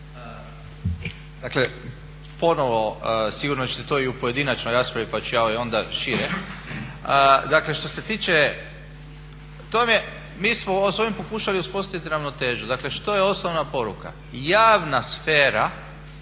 Dakle ponovno sigurno ćete to i u pojedinačnoj raspravi pa ću ja onda šire. Dakle, što se tiče, mi smo vam s ovim pokušali uspostaviti ravnotežu, dakle što je osnovna poruka javna sfera